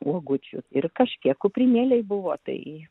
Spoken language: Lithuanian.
uogučių ir kažkiek kuprinėlėj buvo tai